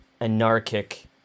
anarchic